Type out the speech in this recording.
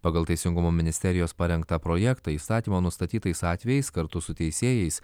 pagal teisingumo ministerijos parengtą projektą įstatymo nustatytais atvejais kartu su teisėjais